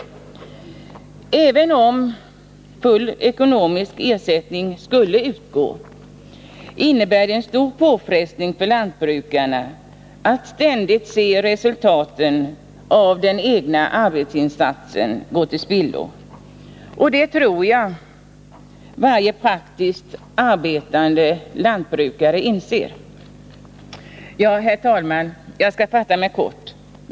Även om full ekonomisk ersättning skulle utgå, innebär det en stor påfrestning för lantbrukarna att ständigt se resultaten av den egna arbetsinsatsen gå till spillo. Det tror jag att varje praktiskt arbetande lantbrukare inser. Ja, herr talman, jag skall fatta mig kort.